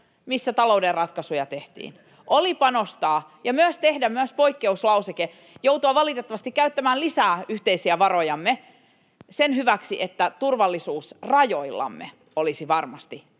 kokoomuksen ryhmästä] oli panostaa ja tehdä myös poikkeuslauseke, joutua valitettavasti käyttämään lisää yhteisiä varojamme sen hyväksi, että turvallisuus rajoillamme olisi varmasti